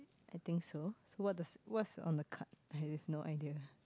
I think so so what does what's on the card I have no idea